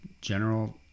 general